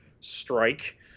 strike